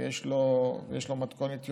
ויש לו מתכונת יומית,